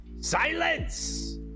Silence